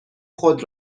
خود